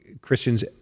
Christians